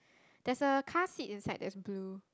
that's a car seat inside that's blue